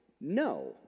no